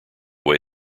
way